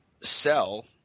sell